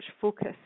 focus